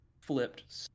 flipped